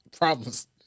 problems